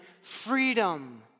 freedom